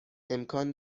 امکان